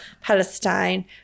Palestine